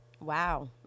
Wow